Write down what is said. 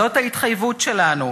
זאת ההתחייבות שלנו.